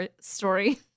story